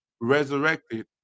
resurrected